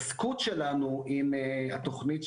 כמובן שאנחנו מתעסקים בעליית מפלס הים ומעודדים